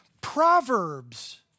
Proverbs